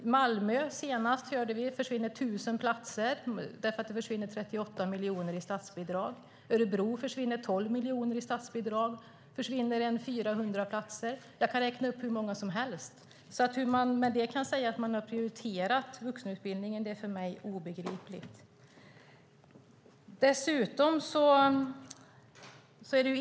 I Malmö försvinner det 1 000 platser eftersom det försvinner 38 miljoner i statsbidrag. I Örebro försvinner det 12 miljoner i statsbidrag och 400 platser. Jag kan räkna upp hur många exempel som helst. Hur man då kan säga att man prioriterar vuxenutbildningen är för mig obegripligt.